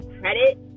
credit